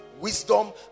wisdom